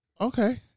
Okay